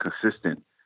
consistent